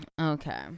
okay